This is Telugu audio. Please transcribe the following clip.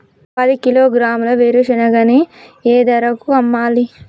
పది కిలోగ్రాముల వేరుశనగని ఏ ధరకు అమ్మాలి?